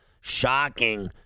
shocking